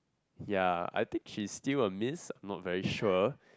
ya I think she is still a miss not very sure